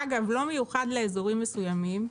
אגב, זה לא מיוחד לאזורים מסוימים,